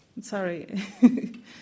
Sorry